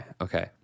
Okay